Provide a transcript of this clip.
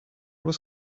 was